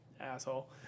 asshole